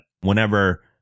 whenever